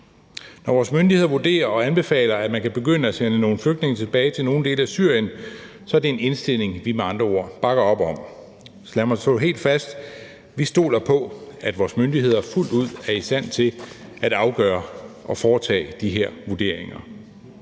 Når vores myndigheder vurderer og anbefaler, at man kan begynde at sende nogle flygtninge tilbage til nogle dele af Syrien, så er det en indstilling, vi med andre ord bakker op om. Så lad mig slå det helt fast: Vi stoler på, at vores myndigheder fuldt ud er i stand til at afgøre og foretage de her vurderinger.